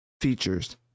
features